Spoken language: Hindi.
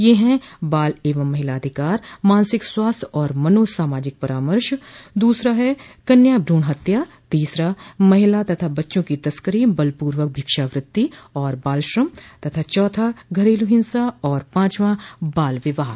ये है बाल एवं महिला अधिकार मानसिक स्वास्थ्य और मनो सामाजिक परामर्श दूसरा कन्या भ्रूण हत्या तीसरा महिला तथा बच्चों की तस्करी बल पूर्वक भिक्षावृत्ति और बालश्रम चौथा घरेलू हिंसा और पांचवा बाल विवाह